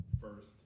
first